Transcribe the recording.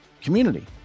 community